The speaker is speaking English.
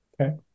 Okay